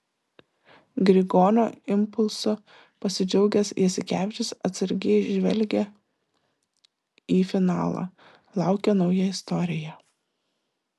grigonio impulsu pasidžiaugęs jasikevičius atsargiai žvelgia į finalą laukia nauja istorija